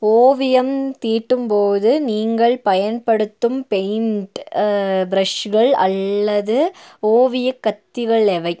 ஓவியம் தீட்டும் போது நீங்கள் பயன்படுத்தும் பெயிண்ட் ப்ரஷ்கள் அல்லது ஓவிய கத்திகள் எவை